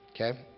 okay